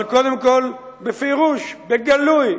אבל קודם כול בפירוש, בגלוי,